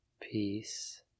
peace